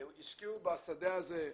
השקיעו בשדה הזה,